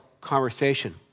conversation